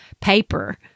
paper